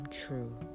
true